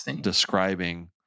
describing